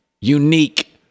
Unique